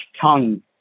tongue